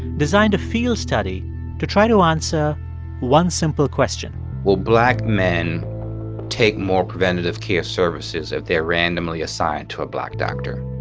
designed a field study to try to answer one simple question will black men take more preventative care services if they're randomly assigned to a black doctor?